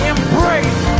Embrace